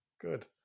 Good